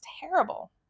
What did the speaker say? terrible